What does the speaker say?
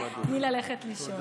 תני ללכת לישון.